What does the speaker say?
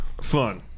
fun